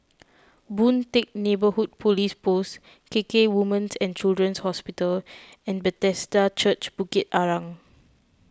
Boon Teck Neighbourhood Police Post KK Women's and Children's Hospital and Bethesda Church Bukit Arang